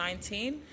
2019